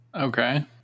Okay